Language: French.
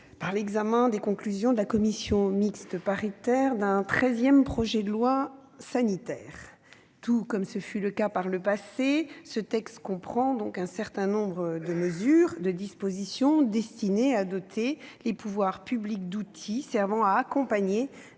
avec l'examen des conclusions de la commission mixte paritaire d'un treizième projet de loi sanitaire. Comme ce fut le cas par le passé, ce texte comprend un certain nombre de dispositions destinées à doter les pouvoirs publics d'outils servant à accompagner